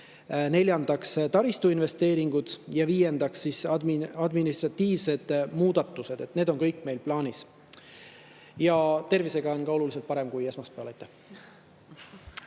neljandaks on taristuinvesteeringud; viiendaks on administratiivsed muudatused. See on kõik meil plaanis. Ja tervisega on ka oluliselt parem kui esmaspäeval.